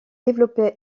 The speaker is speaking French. développer